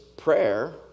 prayer